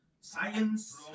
science